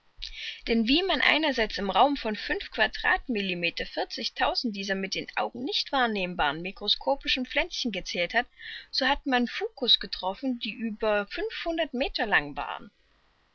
denn wie man einerseits im raum von fünf quadratmillimeter vierzigtausend dieser mit den augen nicht wahrnehmbaren mikroskopischen pflänzchen gezählt hat so hat man fucus getroffen die über fünfhundert meter lang waren